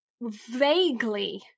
vaguely